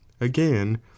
again